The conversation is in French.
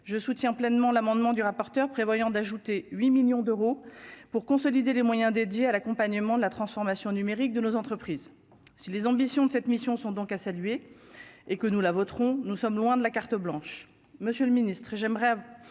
je soutiens pleinement l'amendement du rapporteur prévoyant d'ajouter 8 millions d'euros pour consolider les moyens dédiés à l'accompagnement de la transformation numérique de nos entreprises, si les ambitions de cette mission sont donc à saluer et que nous la voterons nous sommes loin de la carte blanche,